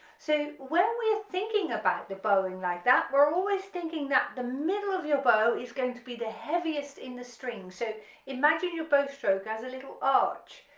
so when we're thinking about the bowing like that we're always thinking that the middle of your bow is going to be the heaviest in the string so imagine your bow stroke has a little arch,